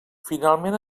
finalment